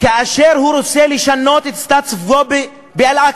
כאשר הוא רוצה לשנות את הסטטוס קוו באל-אקצא,